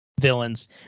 villains